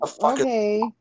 okay